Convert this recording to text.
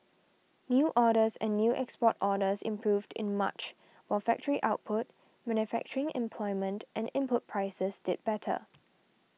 new orders and new export orders improved in March while factory output manufacturing employment and input prices did better